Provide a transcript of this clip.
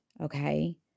Okay